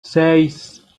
seis